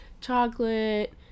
chocolate